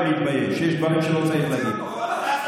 היושב-ראש,